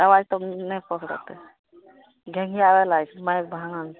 आबाज तब नहि पकड़ेतय घेंघीयाबय लागय छै माइक भांग